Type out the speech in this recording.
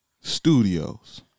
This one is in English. Studios